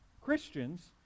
Christians